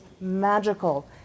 magical